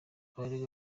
abaregwa